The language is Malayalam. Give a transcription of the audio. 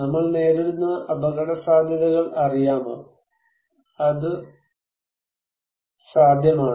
നമ്മൾ നേരിടുന്ന അപകടസാധ്യതകൾ അറിയാമോ അതു ണ്സാധ്യമാണോ